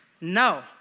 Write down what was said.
no